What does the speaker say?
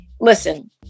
Listen